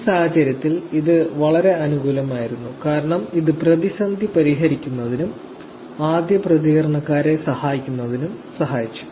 ഈ സാഹചര്യത്തിൽ ഇത് വളരെ അനുകൂലമായിരുന്നു കാരണം ഇത് പ്രതിസന്ധി പരിഹരിക്കുന്നതിനും ആദ്യ പ്രതികരണക്കാരെ സഹായിക്കുന്നതിനും സഹായിച്ചു